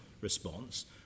response